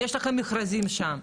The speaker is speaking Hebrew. יש לכם מכרזים שם,